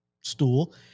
stool